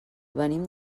venim